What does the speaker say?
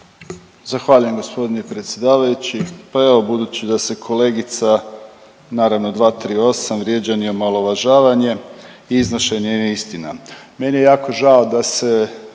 Zahvaljujem g. predsjedavajući. Pa evo budući da se kolegica, naravno 238. vrijeđanje i omalovažavanje i iznošenje neistina. Meni je jako žao da se